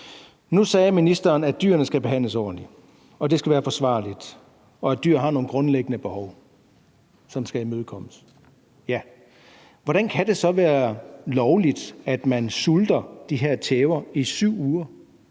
Nu sagde ministeren, at dyrene skal behandles ordentligt, at det skal være forsvarligt, og at dyr har nogle grundlæggende behov, som skal imødekommes. Hvordan kan det så være lovligt, at man sulter de her tæver i 7 uger,